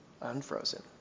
Unfrozen